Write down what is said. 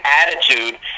attitude